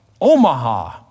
Omaha